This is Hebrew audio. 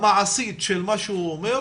המעשית של מה שהוא אומר,